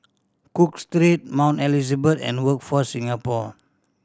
Cook Street Mount Elizabeth and Workforce Singapore